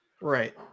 right